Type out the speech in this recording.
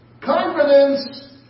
Confidence